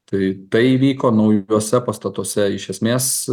tai tai įvyko naujuose pastatuose iš esmės